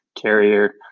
Carrier